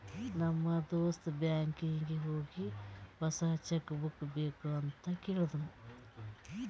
ನಮ್ ದೋಸ್ತ ಬ್ಯಾಂಕೀಗಿ ಹೋಗಿ ಹೊಸಾ ಚೆಕ್ ಬುಕ್ ಬೇಕ್ ಅಂತ್ ಕೇಳ್ದೂನು